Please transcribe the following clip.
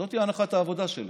זאת הנחת העבודה שלהם,